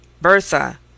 Bertha